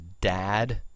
dad